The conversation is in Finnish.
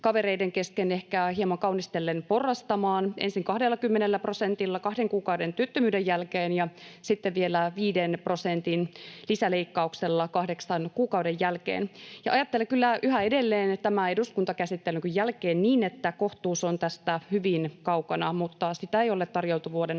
kavereiden kesken ehkä hieman kaunistellen ”porrastamaan”, ensin 20 prosentilla kahden kuukauden työttömyyden jälkeen ja sitten vielä viiden prosentin lisäleikkauksella kahdeksan kuukauden jälkeen. Ajattelen kyllä yhä edelleen tämän eduskuntakäsittelyn jälkeen niin, että kohtuus on tästä hyvin kaukana, mutta sitä ei ole tarjoiltu vuoden aikana